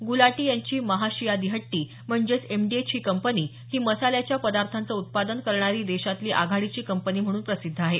गुलाटी यांची महाशियां दी हट्टी म्हणजेच एमडीएच ही कंपनी ही मसाल्याच्या पदार्थांचे उत्पादन करणारी देशातली आघाडीची कंपनी म्हणून प्रसिद्ध आहे